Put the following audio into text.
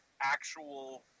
actual